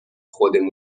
خودمون